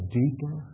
deeper